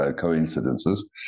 coincidences